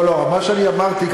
טוב, להתכונן,